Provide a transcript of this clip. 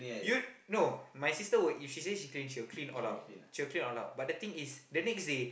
you no my sister will if she say she will clean all out she will clean all out but the thing is the next day